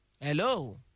Hello